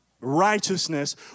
righteousness